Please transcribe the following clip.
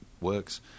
works